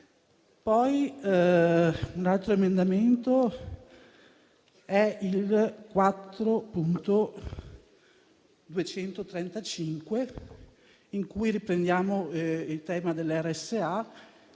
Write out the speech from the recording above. Un altro emendamento è il 4.235, in cui riprendiamo il tema delle RSA,